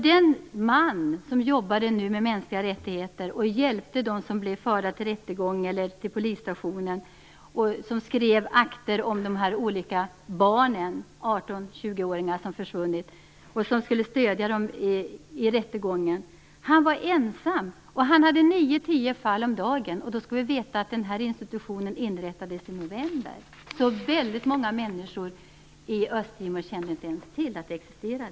Den man som jobbade med MR-frågor, som hjälpte dem som blev förda till rättegång eller till polisstationen och som skrev akter om de 18-20 åringar som försvunnit och skulle stödja dem vid rättegången var ensam om nio-tio fall om dagen. Den här institutionen inrättades i november. Många människor på Östtimor kände inte ens till att den existerade.